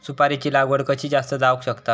सुपारीची लागवड कशी जास्त जावक शकता?